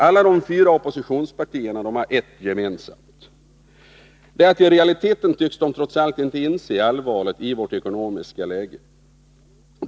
Alla de fyra oppositionspartierna har ett gemensamt: de tycks i realiteten trots allt inte inse allvaret i vårt ekonomiska läge.